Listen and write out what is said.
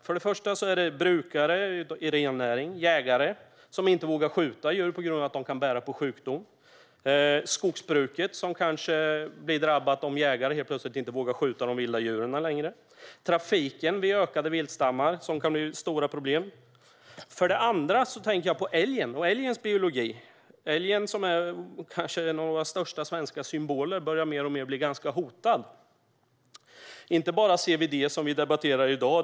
För det första handlar det om brukare i rennäring, om jägare som inte vågar skjuta djur på grund av att de kan bära på sjukdom, om skogsbruket som kanske blir drabbat om jägare helt plötsligt inte vågar skjuta de vilda djuren längre och om problem i trafiken vid ökade viltstammar. För det andra tänker jag på älgen och älgens biologi. Älgen är kanske en av våra största svenska symboler, och den börjar mer och mer att bli ganska hotad. Det handlar inte bara om CWD som vi debatterar i dag.